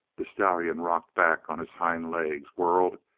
the stallion rocked back on his hind legs, whirled,